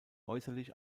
äußerlich